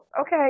okay